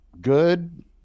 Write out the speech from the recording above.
good